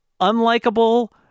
unlikable